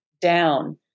down